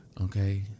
Okay